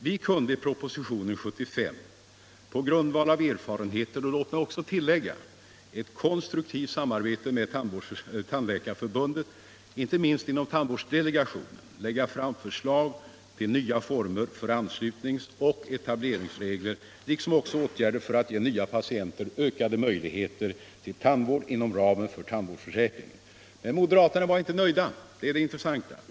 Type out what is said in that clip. Vi kunde i propositionen 1975 på grundval av erfarenheter och, låt mig tillägga det, ett konstruktivt samarbete med Tandläkarförbundet inte minst inom tandvårdsdelegationen lägga fram förslag till nya former för anslutningsoch etableringsregler liksom förslag om åtgärder för att ge nya patienter ökade möjligheter till tandvård inom ramen för tandvårdsförsäkringen. Men moderaterna var inte nöjda.